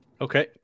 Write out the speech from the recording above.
Okay